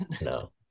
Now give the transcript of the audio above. no